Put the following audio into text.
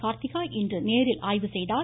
கார்த்திகா இன்று நேரில் ஆய்வு செய்தார்